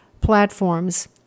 platforms